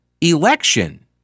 election